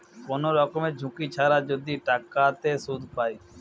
কোন রকমের ঝুঁকি ছাড়া যদি টাকাতে সুধ পায়